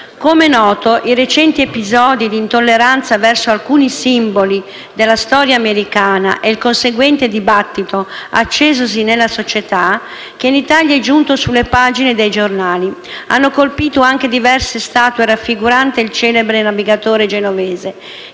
Come noto, i recenti episodi di intolleranza verso alcuni simboli della storia americana e il conseguente dibattito accesosi nella società, che in Italia è giunto sulle pagine dei giornali, hanno colpito anche diverse statue raffiguranti il celebre navigatore genovese,